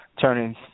turning